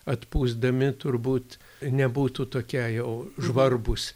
atpūsdami turbūt nebūtų tokie jau žvarbūs